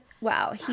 Wow